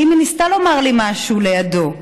האם היא ניסתה לומר לי משהו לידו?